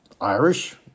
Irish